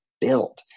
build